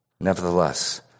Nevertheless